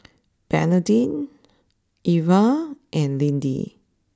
Bernardine Iva and Lindy